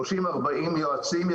יש 30,40 יועצים,